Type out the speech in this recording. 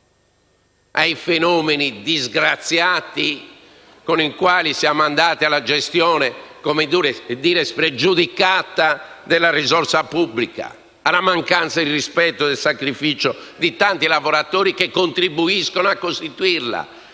ai fenomeni disgraziati con i quali siamo andati alla gestione spregiudicata della risorsa pubblica, alla mancanza di rispetto per il sacrificio di tanti lavoratori che contribuiscono a costituire